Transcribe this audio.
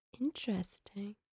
interesting